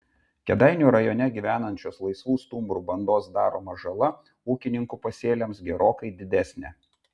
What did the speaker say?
kėdainių rajone gyvenančios laisvų stumbrų bandos daroma žala ūkininkų pasėliams gerokai didesnė